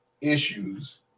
issues